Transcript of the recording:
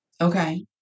Okay